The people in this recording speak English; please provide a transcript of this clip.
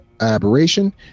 aberration